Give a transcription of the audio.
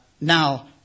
now